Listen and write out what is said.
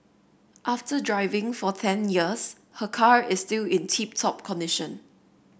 after driving for ten years her car is still in tip top condition